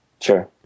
Sure